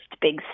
big